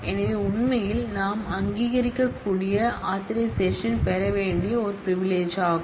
எனவே உண்மையில் நாம் அங்கீகரிக்கக்கூடியது ஆதரைசேஷன் பெற வேண்டிய ஒரு பிரிவிலிஜ்யாகும்